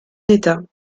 d’état